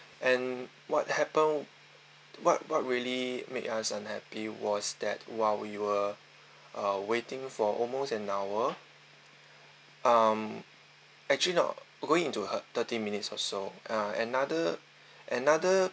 and what happen what what really made us unhappy was that while we were uh waiting for almost an hour um actually not going into the thirty minutes also uh another another